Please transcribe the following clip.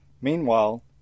Meanwhile